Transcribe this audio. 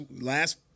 last